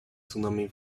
tsunami